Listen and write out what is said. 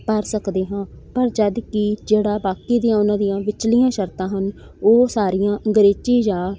ਭਰ ਸਕਦੇ ਹਾਂ ਪਰ ਜਦਕਿ ਜਿਹੜਾ ਬਾਕੀ ਦੀਆਂ ਉਹਨਾਂ ਦੀਆਂ ਵਿਚਲੀਆਂ ਸ਼ਰਤਾਂ ਹਨ ਉਹ ਸਾਰੀਆਂ ਅੰਗਰੇਜ਼ੀ ਜਾਂ